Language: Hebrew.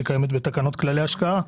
שקיימת בתקנות כללי השקעה.